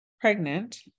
pregnant